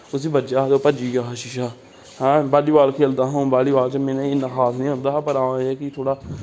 उस्सी बज्जेआ खेलदा हा अ'ऊं बालीबाल च में इ'न्ना खास निं औंदा हा पर हां एह् ऐ कि थोह्ड़ा